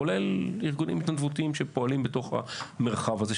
כולל ארגונים התנדבותיים שפועלים בתוך המרחב הזה,